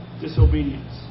disobedience